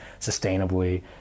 sustainably